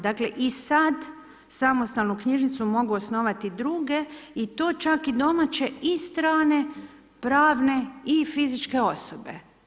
Dakle i sad samostalnu knjižnicu mogu osnovati druge i to čak i domaće i strane pravne i fizičke osobe.